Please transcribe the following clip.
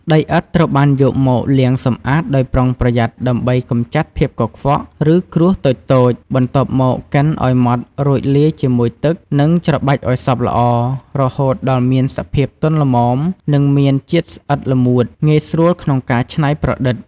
ដីឥដ្ឋត្រូវបានយកមកលាងសម្អាតដោយប្រុងប្រយ័ត្នដើម្បីកម្ចាត់ភាពកខ្វក់ ឬគ្រួសតូចៗ បន្ទាប់មកកិនឲ្យម៉ដ្ឋ រួចលាយជាមួយទឹក និងច្របាច់ឲ្យសព្វល្អ រហូតដល់មានសភាពទន់ល្មម និងមានជាតិស្អិតល្មួត ងាយស្រួលក្នុងការច្នៃប្រឌិត។